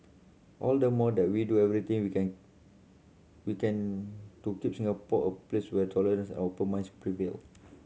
all the more that we do everything we can we can to keep Singapore a place where tolerance and open minds prevail